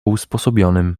usposobionym